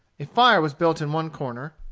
a fire was built in one corner,